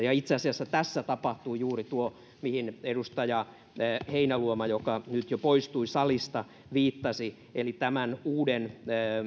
ja itse asiassa tässä tapahtui juuri tuo mihin edustaja heinäluoma joka nyt jo poistui salista viittasi tämän uuden